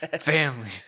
family